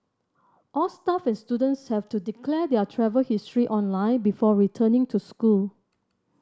all staff and students have to declare their travel history online before returning to school